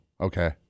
okay